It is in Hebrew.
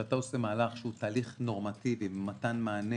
כשאתה עושה מהלך שהוא תהליך נורמטיבי למתן מענה